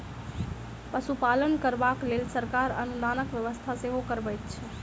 पशुपालन करबाक लेल सरकार अनुदानक व्यवस्था सेहो करबैत छै